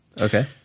Okay